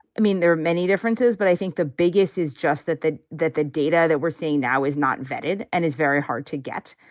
i mean, there are many differences, but i think the biggest is just that the that the data that we're seeing now is not vetted and it's very hard to get.